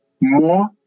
more